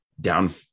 down